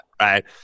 Right